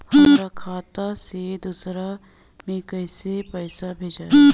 हमरा खाता से दूसरा में कैसे पैसा भेजाई?